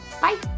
Bye